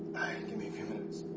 give me a few minutes.